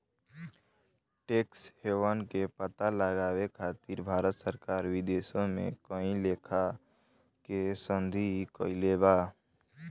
tax haven के पता लगावे खातिर भारत सरकार विदेशों में कई लेखा के संधि कईले बा